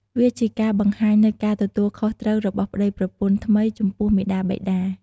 វាជាការបង្ហាញនូវការទទួលខុសត្រូវរបស់ប្តីប្រពន្ធថ្មីចំពោះមាតាបិតា។